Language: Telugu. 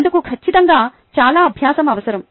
అందుకు ఖచ్చితంగా చాలా అభ్యాసం అవసరం